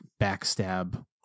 backstab